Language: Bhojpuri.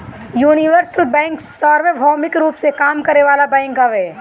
यूनिवर्सल बैंक सार्वभौमिक रूप में काम करे वाला बैंक हवे